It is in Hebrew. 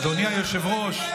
אין לי